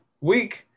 week